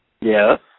Yes